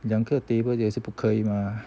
两个 table 也是不可以吗